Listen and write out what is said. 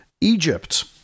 Egypt